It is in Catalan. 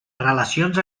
relacions